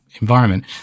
environment